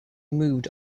moved